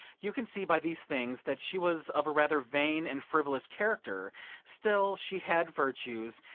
you can see by these things that she was of a rather vain and frivolous character still, she had virtues,